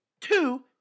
two